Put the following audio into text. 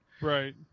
right